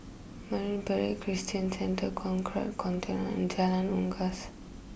Marine Parade Christian Centre Conrad Centennial and Jalan Unggas